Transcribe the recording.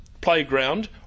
Playground